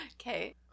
Okay